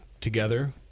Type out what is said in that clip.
together